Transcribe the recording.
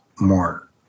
more